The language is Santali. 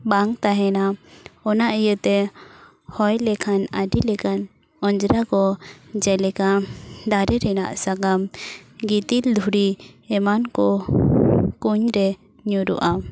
ᱵᱟᱝ ᱛᱟᱦᱮᱱᱟ ᱚᱱᱟ ᱤᱭᱟᱹᱛᱮ ᱦᱚᱭ ᱞᱮᱠᱷᱟᱱ ᱟᱹᱰᱤ ᱞᱮᱠᱟᱱ ᱚᱡᱽᱨᱟ ᱠᱚ ᱡᱮᱞᱮᱠᱟ ᱫᱟᱨᱮ ᱨᱮᱱᱟᱜ ᱥᱟᱠᱟᱢ ᱜᱤᱛᱤᱞ ᱫᱷᱩᱲᱤ ᱮᱢᱟᱱ ᱠᱚ ᱠᱩᱧ ᱨᱮ ᱧᱩᱨᱩᱜᱼᱟ